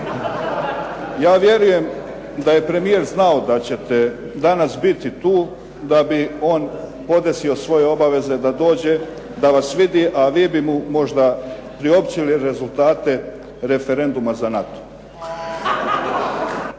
Ja vjerujem da je premijer znao da ćete danas biti tu da bi on podesio svoje obaveze da dođe da vas vidi a vi bi mu možda priopćili rezultate referenduma za NATO.